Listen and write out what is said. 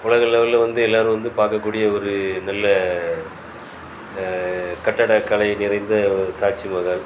உலக லெவலில் வந்து எல்லாரும் வந்து பார்க்கக்கூடிய ஒரு நல்ல கட்டிடக்கலை நிறைந்த ஒரு தாஜ்மகால்